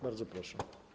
Bardzo proszę.